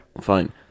Fine